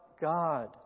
God